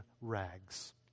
rags